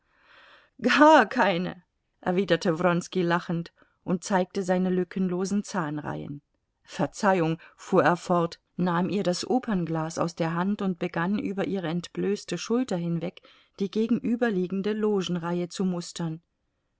gar keine erwiderte wronski lachend und zeigte seine lückenlosen zahnreihen verzeihung fuhr er fort nahm ihr das opernglas aus der hand und begann über ihre entblößte schulter hinweg die gegenüberliegende logenreihe zu mustern